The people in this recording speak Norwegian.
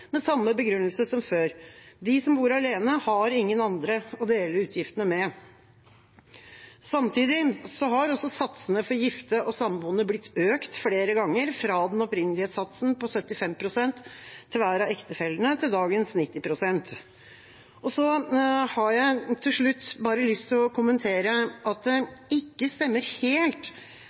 med samme begrunnelse som før: De som bor alene, har ingen andre å dele utgiftene med. Samtidig har satsene for gifte og samboende blitt økt flere ganger, fra den opprinnelige satsen på 75 pst. til hver av ektefellene til dagens 90 pst. Så har jeg til slutt bare lyst til å kommentere at det ikke stemmer helt